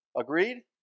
Agreed